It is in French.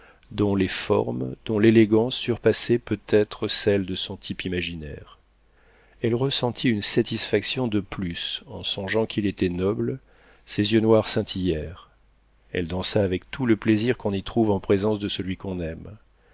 dont les formes dont l'élégance surpassaient peut-être celles de son type imaginaire elle ressentit une satisfaction de plus en songeant qu'il était noble ses yeux noirs scintillèrent elle dansa avec tout le plaisir qu'on y trouve en présence de celui qu'on aime